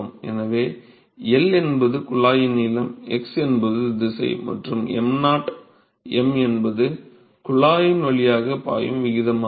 எனவே L என்பது குழாயின் நீளம் x என்பது உண்மையான திசை மற்றும் m 0 ṁ என்பது குழாயின் வழியாகப் பாயும் விகிதமாகும்